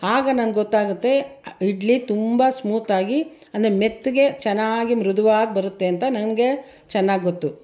ಆಗ ನಂಗೆ ಗೊತ್ತಾಗುತ್ತೆ ಇಡ್ಲಿ ತುಂಬ ಸ್ಮುತಾಗಿ ಅಂದರೆ ಮೆತ್ತಗೆ ಚೆನ್ನಾಗೆ ಮೃದುವಾಗಿ ಬರುತ್ತೆ ಅಂತ ನನಗೆ ಚೆನ್ನಾಗಿ ಗೊತ್ತು